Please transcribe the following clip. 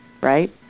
right